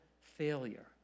failure